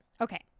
Okay